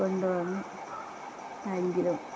കൊണ്ടുവന്നു ടാങ്കിലും